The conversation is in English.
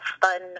fun